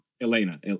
Elena